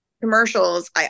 commercials